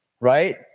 right